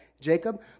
Jacob